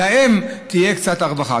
להן תהיה קצת רווחה.